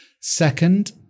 Second